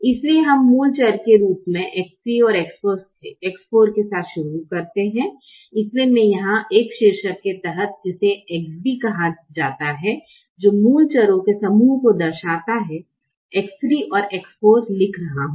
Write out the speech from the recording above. इसलिए हम मूल चर के रूप में X3 और X4 के साथ शुरू करते हैं इसलिए मैं यहाँ एक शीर्षक के तहत जिसे XB कहा जाता है जो मूल चरों के समूह को दर्शाता हैX3 और X4 लिख रहा हूँ